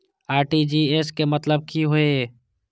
RTGS के मतलब की होय ये?